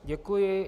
Děkuji.